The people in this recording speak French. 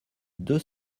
deux